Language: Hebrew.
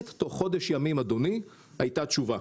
באמת תוך חודש ימים הייתה תשובה.